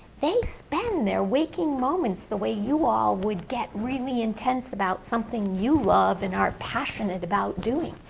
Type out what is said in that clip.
they spend their waking moments the way you all would get really intense about something you love and are passionate about doing,